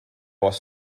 was